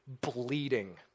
bleeding